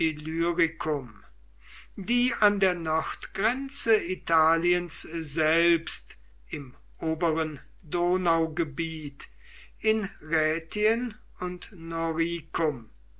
illyricum die an der nordgrenze italiens selbst im oberen donaugebiet in rätien und